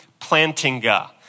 Plantinga